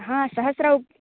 आम् सहस्रौ